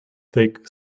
thick